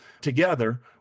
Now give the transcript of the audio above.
together